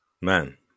Man